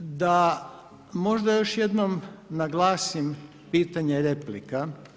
Da možda još jednom naglasim pitanje replika.